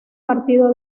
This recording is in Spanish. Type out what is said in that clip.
partido